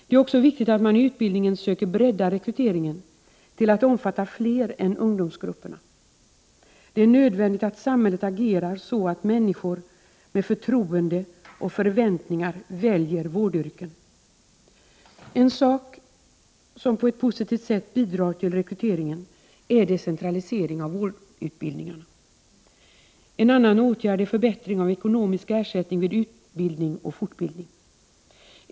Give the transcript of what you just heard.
Det är också viktigt att rekryteringen till utbildningen breddas till att omfatta fler än ungdomsgrupperna. Det är nödvändigt att samhället agerar så att människor med förtroende och förväntningar väljer vårdyrken. En sak som på ett positivt sätt bidrar till rekryteringen är decentralisering av vårdutbildningarna. En annan åtgärd är förbättring av ekonomisk ersättning vid utbildning och fortbildning.